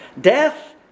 Death